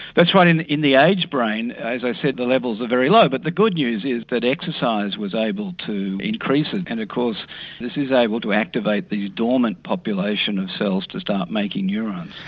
that's right in in the aged brain as i said the levels are very low but the good news is that exercise was able to increase it and of course this is able to activate this dormant population of cells to start making neurons.